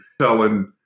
telling